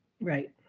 right